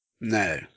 No